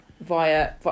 via